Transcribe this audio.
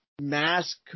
mask